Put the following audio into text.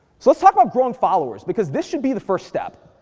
so let's talk about growing followers because this should be the first step.